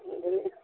भैओ गेल